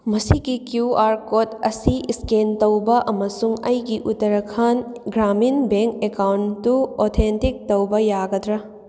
ꯃꯁꯤꯒꯤ Q R code ꯑꯁꯤ scan ꯇꯧꯕ ꯑꯃꯁꯨꯡ ꯑꯩꯒꯤ ꯎꯠꯇꯔꯈꯥꯟ ꯒ꯭ꯔꯥꯃꯤꯟ ꯕꯦꯡ ꯑꯦꯀꯥꯎꯟꯗꯎ ꯑꯣꯊꯦꯟꯇꯤꯛ ꯇꯧꯕ ꯌꯥꯒꯗ꯭ꯔꯥ